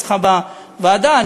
אצלך בוועדה,